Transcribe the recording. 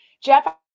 Jeff